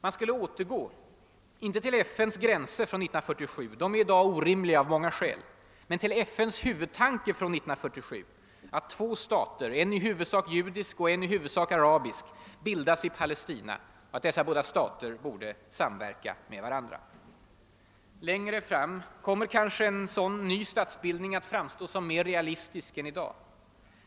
Man skulle återgå inte till FN:s gränser från 1947 — de är i dag orimliga av många skäl — men till FN:s huvudtanke från 1947, att två stater, en i huvudsak judisk och en i huvudsak arabisk, bildas i Palestina och att dessa båda stater borde samverka med varandra. Längre fram kommer kanske en sådan ny statsbildning att framstå som mer realistisk än i dag.